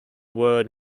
word